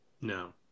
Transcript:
No